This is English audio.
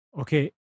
Okay